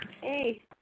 Hey